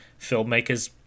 filmmakers